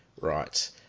Right